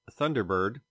Thunderbird